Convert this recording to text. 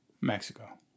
Mexico